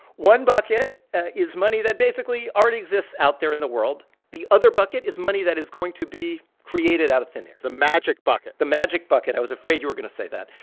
one bucket is money that basically already exists out there in the world. the other bucket is money that is going to be created out of thin air the magic bucket the magic bucket. i was afraid you were going to say that.